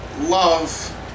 love